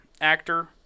actor